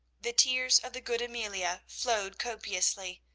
the tears of the good amelia flowed copiously.